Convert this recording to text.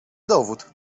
dowód